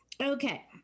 Okay